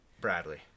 Bradley